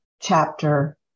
chapter